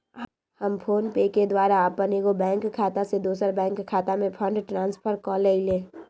हम फोनपे के द्वारा अप्पन एगो बैंक खता से दोसर बैंक खता में फंड ट्रांसफर क लेइले